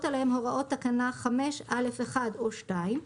עליהן הוראות תקנה (5)(א)(1) או (2),